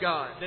God